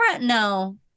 no